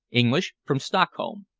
english, from stockholm.